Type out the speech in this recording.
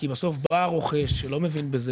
כי בסוף בא הרוכש שלא מבין בזה,